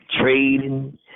Trading